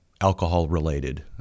alcohol-related